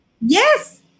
Yes